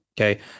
okay